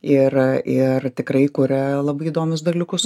ir ir tikrai kuria labai įdomius dalykus